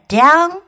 down